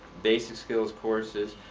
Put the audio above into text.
basic skills courses,